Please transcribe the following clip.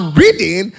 reading